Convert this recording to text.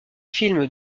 films